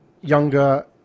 younger